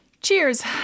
Cheers